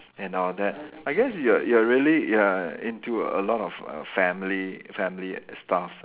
and all that I guess you're you're really you are into a lot of err family family stuff